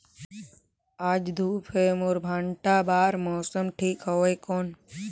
आज धूप हे मोर भांटा बार मौसम ठीक हवय कौन?